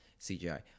CGI